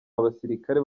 abasirikare